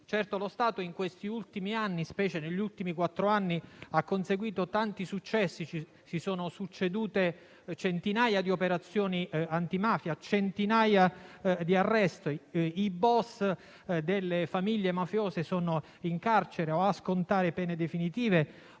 Certo, lo Stato negli ultimi anni, specie negli ultimi quattro anni, ha conseguito tanti successi e si sono succeduti centinaia di operazioni antimafia e centinaia di arresti. I *boss* delle famiglie mafiose sono in carcere, a scontare pene definitive